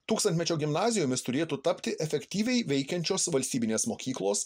tūkstantmečio gimnazijomis turėtų tapti efektyviai veikiančios valstybinės mokyklos